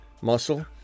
muscle